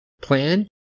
Plan